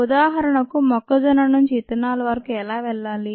ఉదాహరణకు మొక్కజొన్న నుంచి ఇథనాల్ వరకూ ఎలా వెళ్లాలి